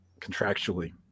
contractually